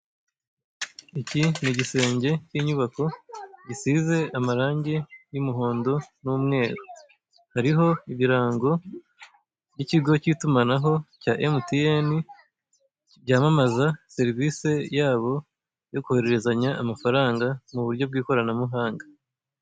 Iki ni igisenge cy'inyubako gisize amarangi y'umuhondo n'umweru, hariho ibirango by'ikigo cy'itumanaho cya MTN cyamamaza serivise yabo yo kohererezanya amafaranga mu buryo bw'ikoranabuhanga.